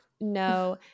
No